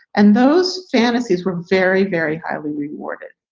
and those fantasies were very, very highly rewarded.